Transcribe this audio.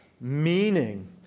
meaning